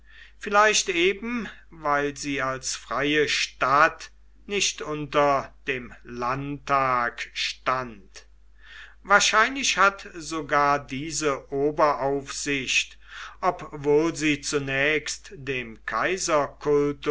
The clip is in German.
vielleicht eben weil sie als freie stadt nicht unter dem landtag stand wahrscheinlich hat sogar diese oberaufsicht obwohl sie zunächst dem